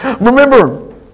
Remember